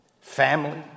family